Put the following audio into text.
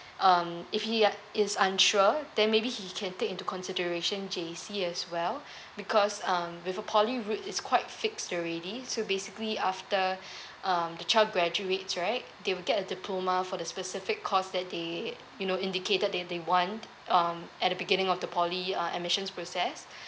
um if he uh it's unsure then maybe he can take into the consideration J_C as well because um with a poly route is quite fixed already so basically after um child graduates right they will get a diploma for the specific course that they you know indicated they they want um at the beginning of the poly uh admissions process